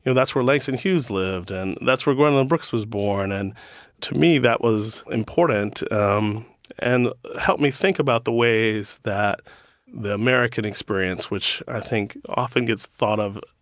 you know that's where langston hughes lived. and that's where gwendolyn brooks was born and to me that was important um and helped me think about the ways that the american experience, which i think often gets thought of,